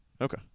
Okay